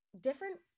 different